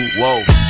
whoa